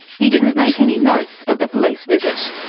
he didn't make any notes of the police visit.